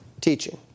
teaching